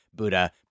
Buddha